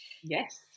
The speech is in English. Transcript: yes